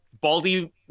Baldy